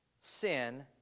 sin